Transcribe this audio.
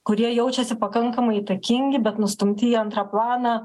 kurie jaučiasi pakankamai įtakingi bet nustumti į antrą planą